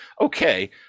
okay